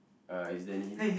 uh is there any hint